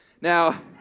Now